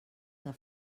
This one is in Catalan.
que